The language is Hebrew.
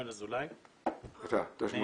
לא שהוא קרא את המחקרים ושוכנע שאין שום השפעה,